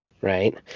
right